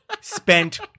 spent